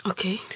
Okay